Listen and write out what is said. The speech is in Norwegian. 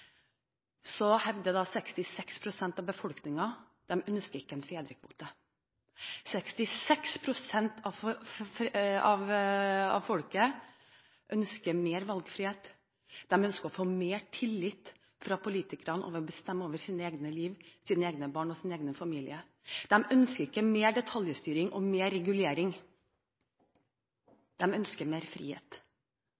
hevder 66 pst. av befolkningen at de ikke ønsker en fedrekvote. 66 pst. av folket ønsker mer valgfrihet, de ønsker å få mer tillit fra politikerne til å bestemme over sitt eget liv, sine egne barn og sin egen familie. De ønsker ikke mer detaljstyring og mer regulering.